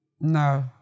No